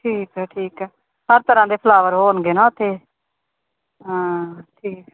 ਠੀਕ ਹੈ ਠੀਕ ਹੈ ਹਰ ਤਰ੍ਹਾਂ ਦੇ ਫਲਾਵਰ ਹੋਣਗੇ ਨਾ ਉੱਥੇ ਹਾਂ ਠੀਕ